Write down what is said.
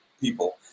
people